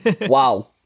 Wow